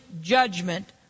judgment